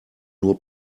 nur